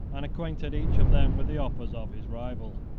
and acquainted each of them with the offers of his rival.